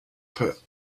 pit